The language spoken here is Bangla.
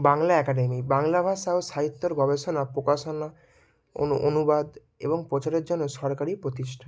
বাংলা একাডেমি বাংলা ভাষা ও সাহিত্যর গবেষণা প্রকাশনা অণু অনুবাদ এবং প্রচারের জন্য সরকারি প্রতিষ্ঠান